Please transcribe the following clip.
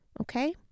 Okay